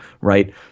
right